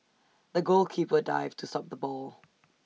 the goalkeeper dived to stop the ball